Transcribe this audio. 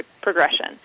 progression